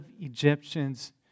Egyptians